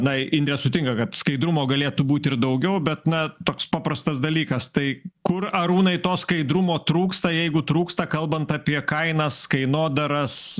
na indrė sutinka kad skaidrumo galėtų būt ir daugiau bet na toks paprastas dalykas tai kur arūnai to skaidrumo trūksta jeigu trūksta kalbant apie kainas kainodaras